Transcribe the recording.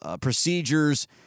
procedures